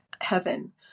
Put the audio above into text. heaven